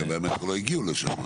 כי קווי המטרו לא הגיעו לשם,